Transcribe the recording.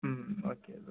ம் okay bro